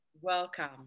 Welcome